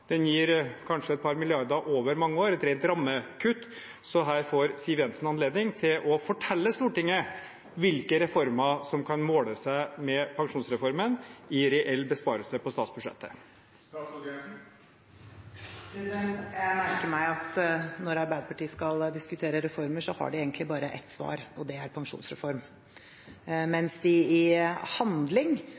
den gir kanskje et par milliarder over mange år gjennom et rent rammekutt. Så her får Siv Jensen anledning til å fortelle Stortinget hvilke reformer som kan måle seg med pensjonsreformen i reell besparelse på statsbudsjettet. Jeg merker meg at når Arbeiderpartiet skal diskutere reformer, har de egentlig bare ett svar, og det er pensjonsreform – mens de i handling